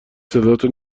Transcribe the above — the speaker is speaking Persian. صداتو